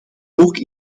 ook